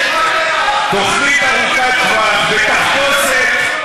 ברצועת-עזה, לא ה"חמאס" ב"חמאס"